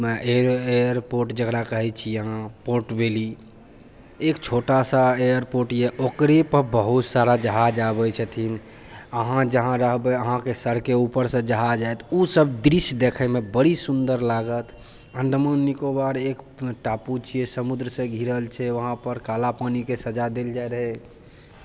एकमे air airport जकरा कहै छी अहाँ पोर्ट वेली एक छोटासा एयरपोर्ट यऽ ओकरेपर बहुत सारा जहाज आबै छथिन अहाँ जहाँ रहबै अहाँके सरके ऊपरसँ जहाज आयत ओ सभ दृश्य देखैमे बड़ी सुन्दर लागत अण्डमान निकोबार एक टापू छियै समुद्रसँ घिरल छै उहाँपर काला पानीके सजा देल जाइ रहै